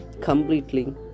completely